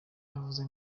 yavuze